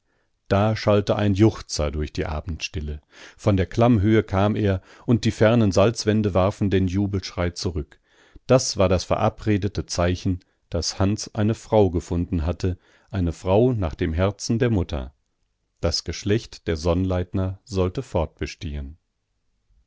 da schallte ein juchzer durch die abendstille von der klammhöhe kam er und die fernen salzwände warfen den jubelschrei zurück das war das verabredete zeichen daß hans eine frau gefunden hatte eine frau nach dem herzen der mutter das geschlecht der sonnleitner sollte fortbestehen